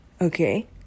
Okay